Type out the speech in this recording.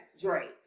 Drake